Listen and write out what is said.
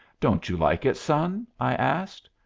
don't you like it, son? i asked.